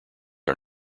are